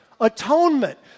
Atonement